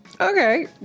okay